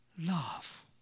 love